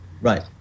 Right